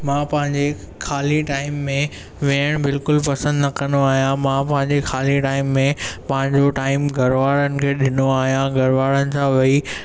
मां पंहिंजे ख़ाली टाईम में विहणु बिल्कुल पसंदि न कन्दो आहियां मां पंहिंजे ख़ाली टाईम में पंहिंजो टाईम घर वारनि खें ॾींदो आहियां घर वारनि सां वेही